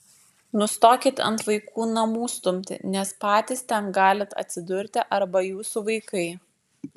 nustokit ant vaikų namų stumti nes patys ten galit atsidurti arba jūsų vaikai